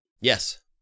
Yes